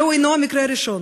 זה אינו המקרה הראשון,